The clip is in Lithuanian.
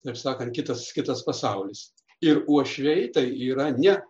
taip sakant kitas kitas pasaulis ir uošviai tai yra na